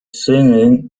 singing